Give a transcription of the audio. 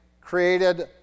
created